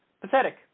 Pathetic